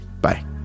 Bye